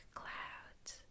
clouds